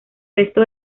resto